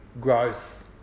growth